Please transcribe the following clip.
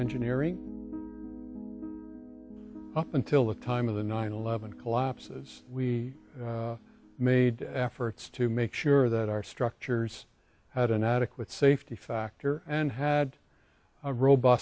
engineering up until the time of the nine eleven collapses we made efforts to make sure that our structures had an adequate safety factor and had a rob